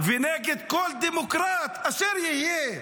ונגד כל דמוקרט באשר יהיה,